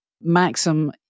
maxim